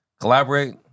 collaborate